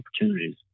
opportunities